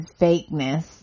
fakeness